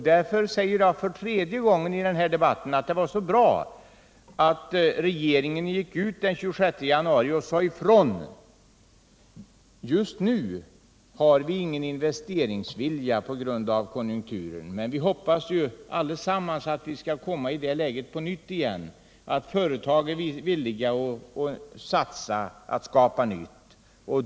Därför säger jag för tredje gången i den här debatten att det var bra att regeringen gick ut den 26 januari och sade ifrån: Just nu har vi ingen investeringsvilja på grund av konjunkturen, men vi hoppas att vi skall komma i det läget igen att företag är villiga att satsa på att skapa nytt.